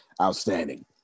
Outstanding